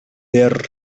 there